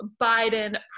Biden